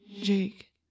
Jake